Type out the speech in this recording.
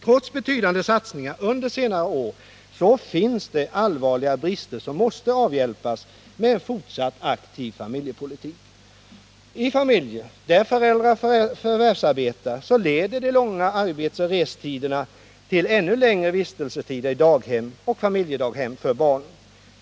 Trots betydande satsningar under senare år finns det allvarliga brister som måste avhjälpas med en fortsatt aktiv familjepolitik. I familjer där föräldrarna förvärvsarbetar leder de långa arbetsoch restiderna till ännu längre vistelsetider i daghem och familjedaghem för barnen.